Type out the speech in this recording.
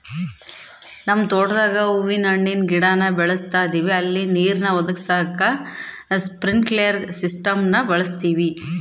ನಮ್ ತೋಟುದಾಗ ಹೂವು ಹಣ್ಣಿನ್ ಗಿಡಾನ ಬೆಳುಸ್ತದಿವಿ ಅಲ್ಲಿ ನೀರ್ನ ಒದಗಿಸಾಕ ಸ್ಪ್ರಿನ್ಕ್ಲೆರ್ ಸಿಸ್ಟಮ್ನ ಬಳುಸ್ತೀವಿ